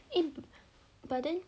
eh but then